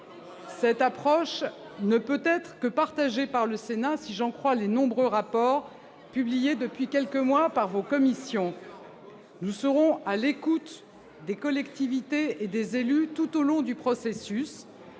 Cette approche ne peut qu'être partagée par le Sénat, si j'en crois les nombreux rapports publiés depuis quelques mois par vos commissions. Nous serons à l'écoute des collectivités et des élus tout au long du processus.